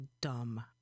dumb